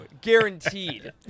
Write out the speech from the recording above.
guaranteed